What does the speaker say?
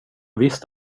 visste